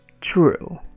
true